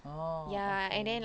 orh okay